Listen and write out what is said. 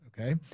Okay